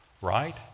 right